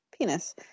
penis